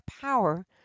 power